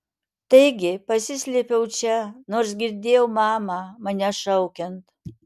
taigi pasislėpiau čia nors girdėjau mamą mane šaukiant